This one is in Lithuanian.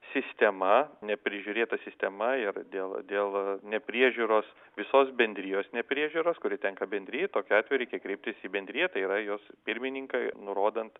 sistema neprižiūrėta sistema ir dėl dėl nepriežiūros visos bendrijos nepriežiūros kuri tenka bendrijai tokiu atveju reikia kreiptis į bendriją tai yra jos pirmininką nurodant